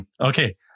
Okay